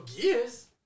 Gears